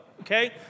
Okay